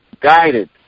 guided